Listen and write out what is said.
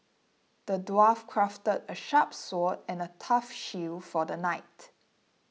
the dwarf crafted a sharp sword and a tough shield for the knight